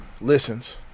Listens